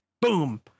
Boom